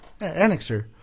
annexer